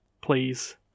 please